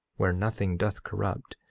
where nothing doth corrupt,